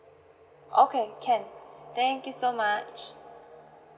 okay can thank you so much